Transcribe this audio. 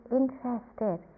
interested